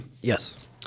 Yes